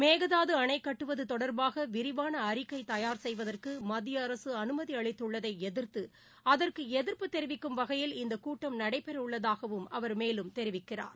மேகதாது அணைக்கட்டுவது தொடர்பாக விரிவாள அறிக்கை தயார் செய்வதற்கு மத்திய அரசு அனுமதி அளித்துள்ளதை எதிர்த்து அதற்கு எதிர்ப்பு தெரிவிக்கும் வகையில் இந்த கூட்டம் நடைபெறவுள்ளதாகவும் அவர் மேலும் தெரிவிக்கிறார்